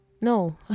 No